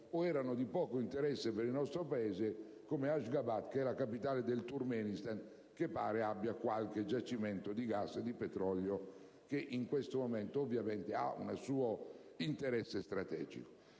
o erano di poco interesse per noi, come Ashgabat, la capitale del Turkmenistan, che pare abbia qualche giacimento di gas e petrolio che in questo momento hanno un certo interesse strategico.